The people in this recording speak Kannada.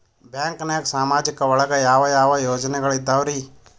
ಬ್ಯಾಂಕ್ನಾಗ ಸಾಮಾಜಿಕ ಒಳಗ ಯಾವ ಯಾವ ಯೋಜನೆಗಳಿದ್ದಾವ್ರಿ?